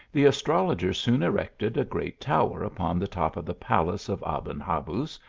the astrologer soon erected a great tower upon the top of the palace of aben habuz,